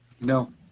No